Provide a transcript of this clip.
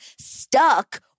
stuck